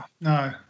no